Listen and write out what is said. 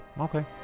Okay